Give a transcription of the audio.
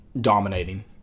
dominating